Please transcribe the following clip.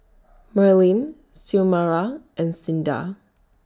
Merlyn Xiomara and Cinda